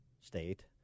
state